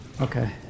Okay